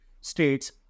states